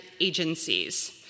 agencies